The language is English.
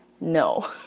no